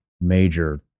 major